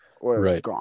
right